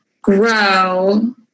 grow